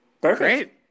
Great